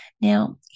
Now